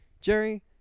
Jerry